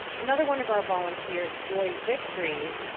another one of our volunteers, joy victory,